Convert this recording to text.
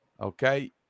Okay